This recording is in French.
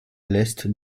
l’est